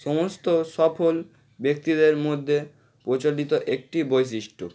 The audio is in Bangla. সমস্ত সফল ব্যক্তিদের মধ্যে প্রচলিত একটি বৈশিষ্ট্য